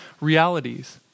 realities